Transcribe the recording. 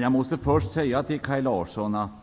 Jag vill först säga till Kaj Larsson att